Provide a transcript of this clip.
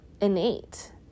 innate